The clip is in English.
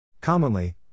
Commonly